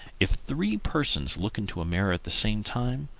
if three persons look into a mirror at the same time,